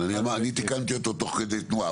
אני תיקנתי אותו תוך כדי תנועה,